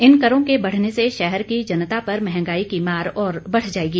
इन करों के बढ़ने से शहर की जनता पर महंगाई की मार और बढ़ जाऐगी